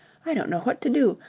i don't know what to do.